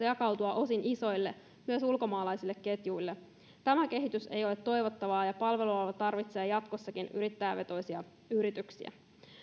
jakautua osin isoille myös ulkomaalaisille ketjuille tämä kehitys ei ole toivottavaa ja palveluala tarvitsee jatkossakin yrittäjävetoisia yrityksiä